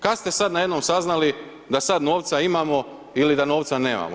Kad ste sad najednom saznali da sad novca ili da novca nemamo?